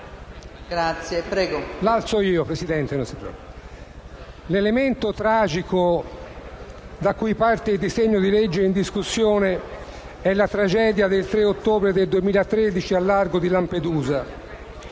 l'elemento tragico da cui parte il disegno di legge in discussione è la tragedia avvenuta il 3 ottobre 2013 al largo di Lampedusa.